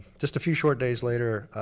just a few short days later